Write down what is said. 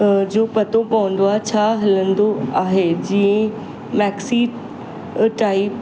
अ जो पतो पवंदो आहे छा हलंदो आहे जीअं मैक्सी टाइप